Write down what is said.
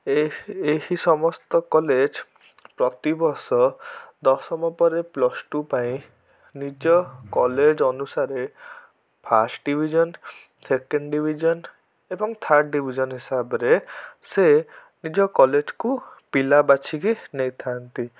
ଏହି ଏହି ସମସ୍ତ କଲେଜ୍ ପ୍ରତିବର୍ଷ ଦଶମ ପରେ ପ୍ଲସ୍ ଟୁ ପାଇଁ ନିଜ କଲେଜ୍ ଅନୁସାରେ ଫାଷ୍ଟ୍ ଡିଭିଜନ୍ ସେକେଣ୍ଡ୍ ଡିଭିଜନ୍ ଏବଂ ଥାର୍ଡ଼ ଡିଭିଜନ୍ ହିସାବରେ ସେ ନିଜ କଲେଜ୍କୁ ପିଲା ବାଛିକି ନେଇଥାନ୍ତି